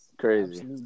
crazy